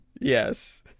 yes